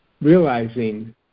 realizing